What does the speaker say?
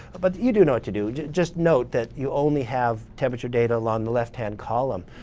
but you do know what to do. just note that you only have temperature data along the left-hand column.